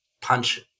punch